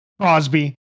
Crosby